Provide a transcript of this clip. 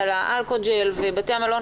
על האלכוג'ל ובתי המלון,